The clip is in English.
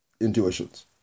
intuitions